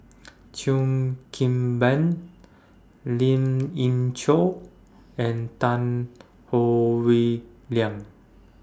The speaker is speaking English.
Cheo Kim Ban Lin Ying Chow and Tan Howe Liang